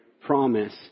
promise